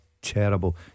Terrible